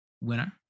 winner